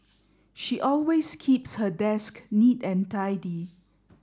she always keeps her desk neat and tidy